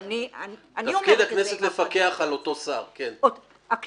הכנסת מפקחת, אבל האחריות היא לשר בסוף.